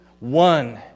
One